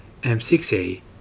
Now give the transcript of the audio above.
m6a